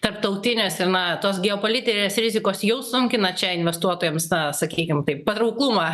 tarptautinės ir na tos geopolitinės rizikos jau sunkina čia investuotojams na sakykim taip patrauklumą